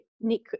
Nick